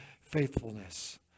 faithfulness